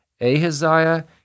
Ahaziah